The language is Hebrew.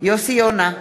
יוסי יונה,